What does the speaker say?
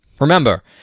Remember